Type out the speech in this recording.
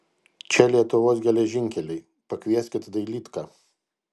čia lietuvos geležinkeliai pakvieskit dailydką